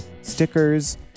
stickers